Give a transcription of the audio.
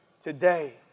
today